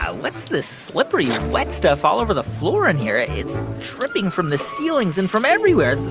ah what's this slippery wet stuff all over the floor in here? it's dripping from the ceilings and from everywhere.